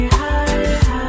high